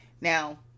Now